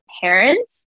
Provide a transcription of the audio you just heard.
parents